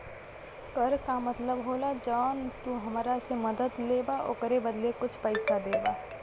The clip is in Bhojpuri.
कर का मतलब होला जौन तू हमरा से मदद लेबा ओकरे बदले कुछ पइसा देबा